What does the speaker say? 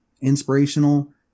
inspirational